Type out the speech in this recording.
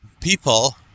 people